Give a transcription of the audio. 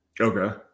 Okay